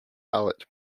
valet